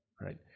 right